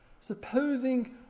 Supposing